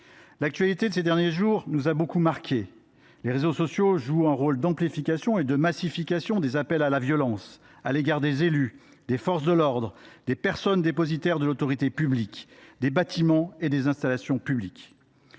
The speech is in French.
L’actualité de ces derniers jours nous a beaucoup marqués. Les réseaux sociaux jouent un rôle d’amplification et de massification des appels à la violence à l’encontre des élus, des forces de l’ordre, des personnes dépositaires de l’autorité publique, des bâtiments et des installations publics.